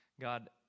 God